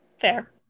Fair